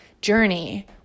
journey